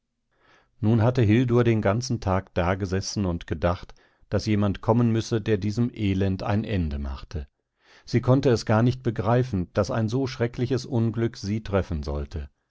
nun hatte hildur den ganzen tag dagesessen und gedacht daß jemand kommen müsse der diesem elend ein ende machte sie konnte es gar nicht begreifen daß ein so schreckliches unglück sie treffen sollte